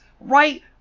right